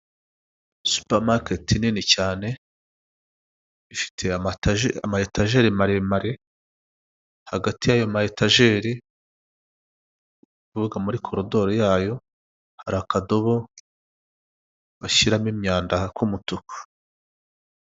Supamaketi nini cyane, ifite ama etajeri maremare. Hagati y'ayo ma etajeri, nukuvuga muri koridoro yayo, hari akadobo bashyiramo imyanda k'umutuku.